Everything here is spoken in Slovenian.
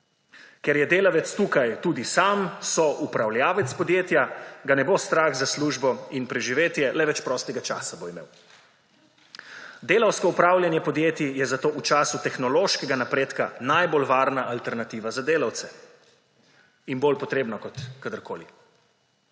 Ker je delavec tukaj tudi sam soupravljavec podjetja, ga ne bo strah za službo in preživetje, le več prostega časa bo imel. Delavsko upravljanje podjetij je zato v času tehnološkega napredka najbolj varna alternativa za delavce in bolj potrebno kot kadarkoli.